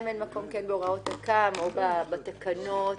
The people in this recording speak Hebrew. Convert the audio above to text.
בתוספת הרביעית כלולות גם עבירות שהן טכניות,